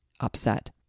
upset